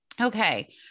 Okay